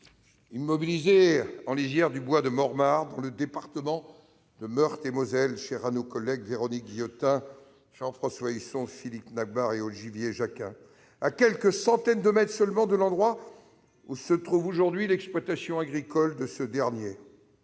immobilisé en lisière du bois de Mort-Mare, dans le département de Meurthe-et-Moselle, cher à nos collègues Véronique Guillotin, Jean-François Husson, Philippe Nachbar et Olivier Jacquin, à quelques centaines de mètres seulement de l'endroit où se trouve aujourd'hui l'exploitation agricole de ce dernier.